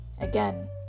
Again